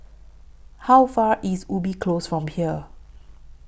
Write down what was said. How Far away IS Ubi Close from here